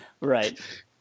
right